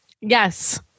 Yes